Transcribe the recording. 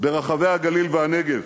ברחבי הגליל והנגב,